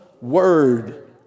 Word